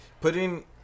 putting